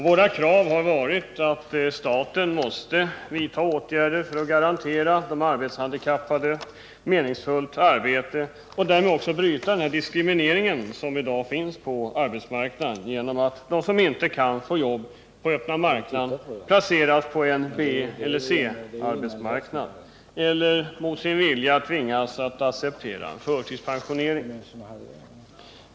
Våra krav har varit att staten måste vidta åtgärder för att garantera de arbetshandikappade meningsfullt arbete och därmed bryta den diskriminering som i dag finns på arbetsmarknaden genom att de som inte kan få jobb på öppna marknaden placeras på en B eller C-arbetsmarknad eller mot sin vilja tvingas acceptera en förtidspensionering.